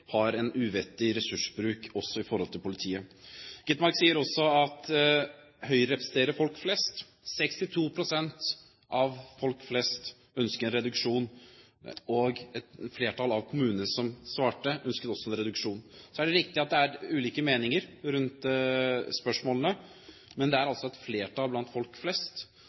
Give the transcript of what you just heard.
har en uvettig ressursbruk også i forhold til politiet. Skovholt Gitmark sier også at Høyre representerer folk flest. 62 pst. av folk flest ønsker en reduksjon, og flertallet av kommunene som svarte, ønsket også en reduksjon. Så er det riktig at det er ulike meninger rundt spørsmålene. Men det er altså et flertall blant folk flest,